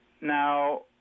Now